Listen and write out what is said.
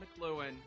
McLuhan